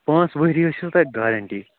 پانٛژھ ؤری حظ چھُو تَتھ گارَنٹی